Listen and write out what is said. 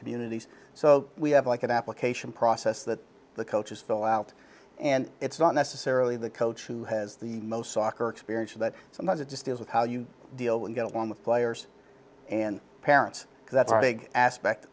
communities so we have like an application process that the coaches fill out and it's not necessarily the coach who has the most soccer experience and that sometimes it just deals with how you deal with get along with players and parents that's a big aspect